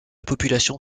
population